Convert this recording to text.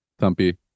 thumpy